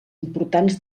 importants